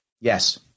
yes